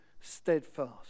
steadfast